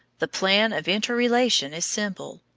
the plan of interrelation is simple.